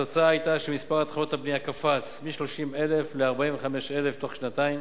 התוצאה היתה שמספר התחלות הבנייה קפץ מ-30,000 ל-45,000 בתוך שנתיים.